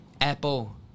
Apple